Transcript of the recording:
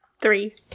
Three